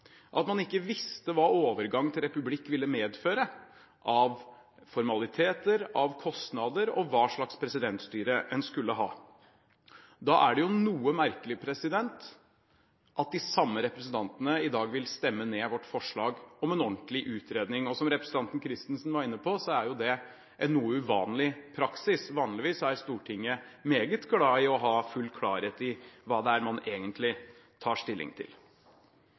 at man ikke visste hva overgang til republikk ville medføre av formaliteter, kostnader og hva slags presidentstyre man skulle ha. Da er det noe merkelig at de samme representantene i dag vil stemme ned vårt forslag om en ordentlig utredning. Og som representanten Christensen var inne på, er det en noe uvanlig praksis. Vanligvis er Stortinget meget glad i å ha full klarhet i hva det er man egentlig tar stilling til.